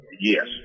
Yes